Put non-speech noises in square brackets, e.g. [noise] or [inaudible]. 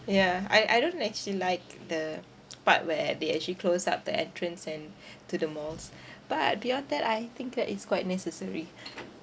ya I I don't actually like the [noise] part where they actually close up the entrance and to the malls but beyond that I think that it's quite necessary